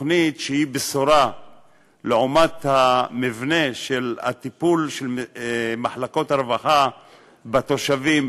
תוכנית שהיא בשורה לעומת מבנה הטיפול של מחלקות הרווחה בתושבים,